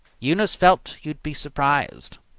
eunice felt, you'd be surprised.